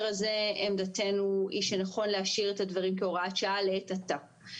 הזה עמדתנו היא שנכון להשאיר את הדברים כהוראת שעה לעת עתה.